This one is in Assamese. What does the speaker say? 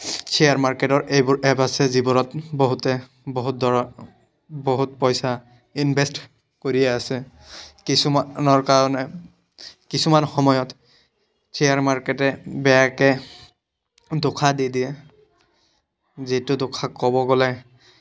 শ্বেয়াৰ মাৰ্কেটৰ এইবোৰ এপ আছে যিবোৰত বহুতে বহুত ধৰ বহুত পইচা ইনভেষ্ট কৰি আছে কিছুমানৰ কাৰণে কিছুমান সময়ত শ্বেয়াৰ মাৰ্কেটে বেয়াকে দোষা দি দিয়ে যিটো দোষা ক'ব গ'লে